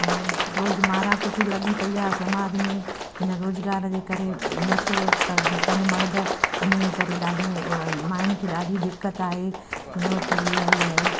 ऐं रोज मारा कुट लॻी पई आहे समाज में हिन रोजगार जे करे नशो कनि मर्द इनजे करे ॾाढो माइनि खे ॾाढी दिक़तु आहे चुनौती आहे